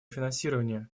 финансирования